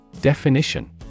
Definition